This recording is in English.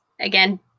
again